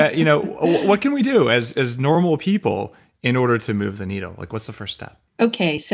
ah you know what can we do as as normal people in order to move the needle? like what's the first step okay. so